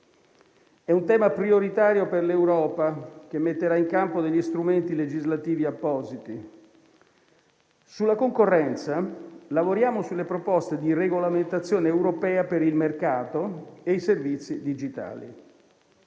È un tema prioritario per l'Europa, che metterà in campo degli strumenti legislativi appositi. Sulla concorrenza lavoriamo sulle proposte di regolamentazione europea per il mercato e i servizi digitali.